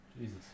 Jesus